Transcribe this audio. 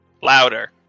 Louder